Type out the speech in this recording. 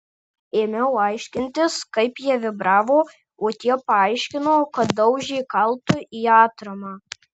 ėmiau aiškintis kaip jie vibravo o tie paaiškino kad daužė kaltu į atramą